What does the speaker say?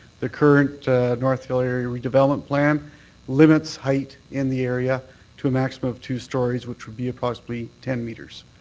the current north hill area redevelopment plan limits height in the area to a max but of two storeys, which would be approximately ten metres.